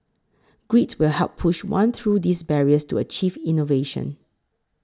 grit will help push one through these barriers to achieve innovation